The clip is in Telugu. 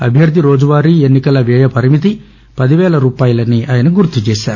అభ్యర్ది రోజువారీ ఎన్నికల వ్యయం పరిమితి పదివేల రూపాయలని ఆయన గుర్తు చేశారు